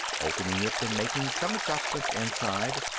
opening it and making some adjustments inside,